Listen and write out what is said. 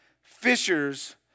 fishers